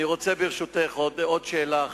ברשותך, עוד שאלה.